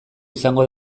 izango